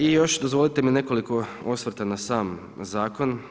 I još dozvolite mi nekoliko osvrta na sam zakon.